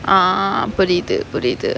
ah புரியுது புரியுது:puriyuthu puriyuthu